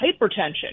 hypertension